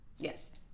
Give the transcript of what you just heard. Yes